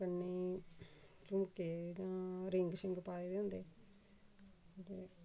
कन्ने ई झुमके जां रिंग छिंग पाए दे होंदे ते